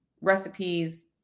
recipes